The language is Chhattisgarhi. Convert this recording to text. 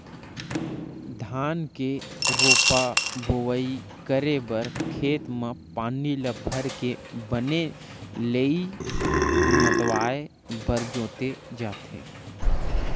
धान के रोपा बोवई करे बर खेत म पानी ल भरके बने लेइय मतवाए बर जोते जाथे